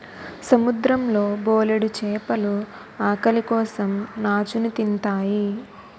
సముద్రం లో బోలెడు చేపలు ఆకలి కోసం నాచుని తింతాయి